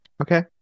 Okay